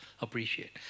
appreciate